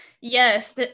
Yes